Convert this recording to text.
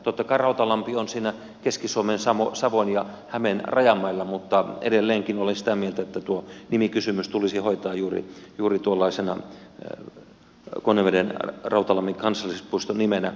totta kai rautalampi on siinä keski suomen savon ja hämeen rajamailla mutta edelleenkin olen sitä mieltä että tuo nimikysymys tulisi hoitaa juuri tuollaisena konnevedenrautalammin kansallispuisto nimenä